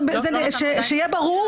שיהיה ברור,